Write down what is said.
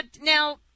Now